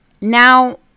Now